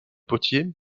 potiers